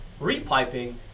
Repiping